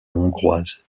hongroise